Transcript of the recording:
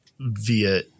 via